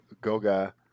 Goga